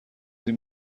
این